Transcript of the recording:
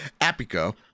Apico